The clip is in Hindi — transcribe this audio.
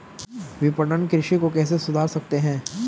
विपणन कृषि को कैसे सुधार सकते हैं?